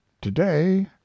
TODAY